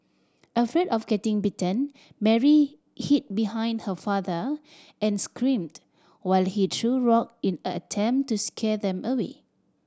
afraid of getting bitten Mary hid behind her father and screamed while he threw rock in an attempt to scare them away